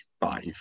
five